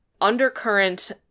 undercurrent